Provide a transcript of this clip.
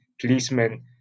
policemen